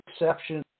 exception